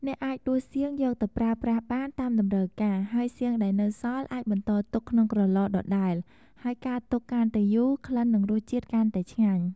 អ្នកអាចដួសសៀងយកទៅប្រើប្រាស់បាន តាមតម្រូវការ ហើយសៀងដែលនៅសល់ អាចបន្តទុកក្នុងក្រឡដដែល ហើយការទុកកាន់តែយូរ ក្លិននិងរសជាតិកាន់តែឆ្ងាញ់។